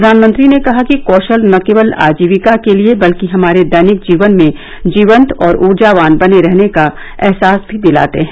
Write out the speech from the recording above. प्रधानमंत्री ने कहा कि कौशल न केवल आजीविका के लिए बल्कि हमारे दैनिक जीवन में जीवंत और ऊर्जावान बने रहने का एहसास भी दिलाते हैं